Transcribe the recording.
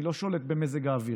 אני לא שולט במזג האוויר,